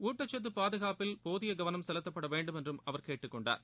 ஊட்டச்சத்து பாதுகாப்பில் போதிய கவனம் செலுத்தப்பட வேண்டும் என்று அவர் கேட்டுக் கொண்டார்